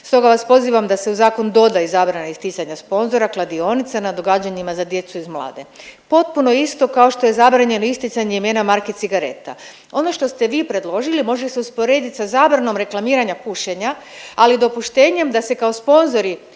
Stoga vas pozivam da se u zakon doda i zabrana isticanja sponzora kladionica na događanjima za djecu i mlade, potpuno isto kao što je zabranjeno isticanje imena marke cigareta. Ono što ste vi predložili može se usporedit sa zabranom reklamiranja pušenja, ali dopuštenjem da se kao sponzori